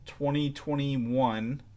2021